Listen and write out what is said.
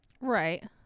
Right